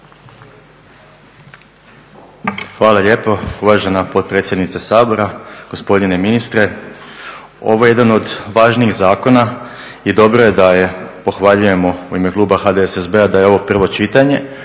Hvala lijepo uvažena potpredsjednice Sabora. Gospodine ministre. Ovo je jedan od važnijih zakona i dobro je da je, pohvaljujemo u ime kluba HDSSB-a da je ovo prvo čitanje